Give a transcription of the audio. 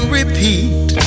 repeat